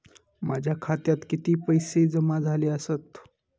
माझ्या खात्यात किती पैसे जमा झाले आसत?